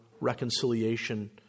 Reconciliation